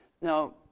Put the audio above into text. Now